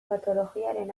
patologiaren